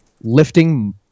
lifting –